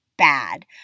bad